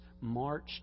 marched